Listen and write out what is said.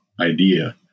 idea